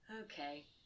Okay